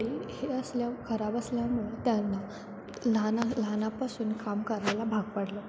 थोडी हे असल्या खराब असल्यामुळे त्यांना लहाना लहानापासून काम करायला भाग पडलं